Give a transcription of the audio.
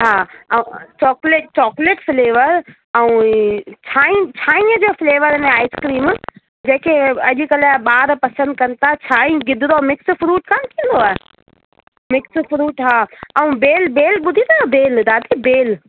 हा ऐं chocolate chocolate flavour ऐं छाईं छाईंअ जो फ्लेवर में आइस्क्रीम जेके अॼुकल्ह अॼुकल्ह जा ॿार पसंदि कनि था छाईं गिदरो मिक्स फ्रूट कान थींदो आहे मिक्स फ्रूट हा ऐं बेल बेल ॿुधी अथव बेल दादी बेल